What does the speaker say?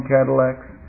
Cadillacs